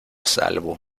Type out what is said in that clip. salvo